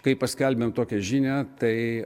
kai paskelbėm tokią žinią tai